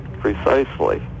precisely